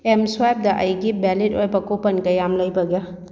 ꯑꯦꯝꯁ꯭ꯋꯥꯏꯞꯇ ꯑꯩꯒꯤ ꯚꯦꯂꯤꯠ ꯑꯣꯏꯕ ꯀꯣꯄꯟ ꯀꯌꯥꯝ ꯂꯩꯕꯒꯦ